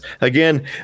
again